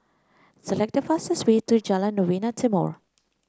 select the fastest way to Jalan Novena Timor